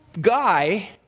guy